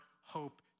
hope